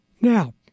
Now